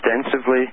extensively